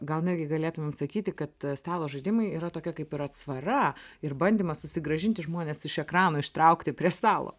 gal netgi galėtum sakyti kad stalo žaidimai yra tokia kaip ir atsvara ir bandymas susigrąžinti žmones iš ekrano ištraukti prie stalo